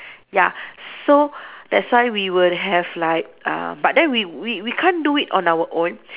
ya so that's why we would have like uh but then we we we can't do it on our own